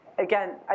Again